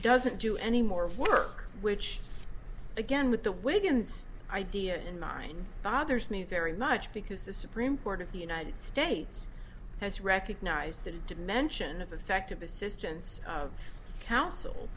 doesn't do any more work which again with the wigan's idea in mind bothers me very much because the supreme court of the united states has recognized the dimension of effective assistance of counsel